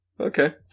Okay